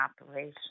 operation